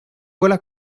voilà